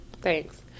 Thanks